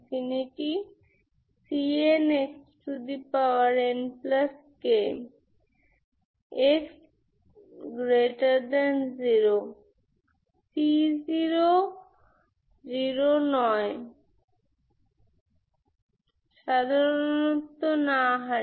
সুতরাং একটি সমাধান কি তাই yxc2 এটি একটি ননজিরো সমাধান